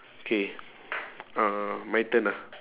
K uh my turn ah